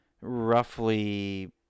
roughly